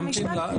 לבית המשפט.